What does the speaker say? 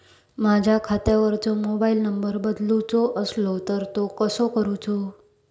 माझ्या खात्याचो mobile number बदलुचो असलो तर तो कसो करूचो?